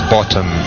Bottom